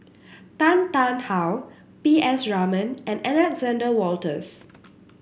Tan Tarn How P S Raman and Alexander Wolters